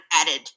added